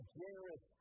generous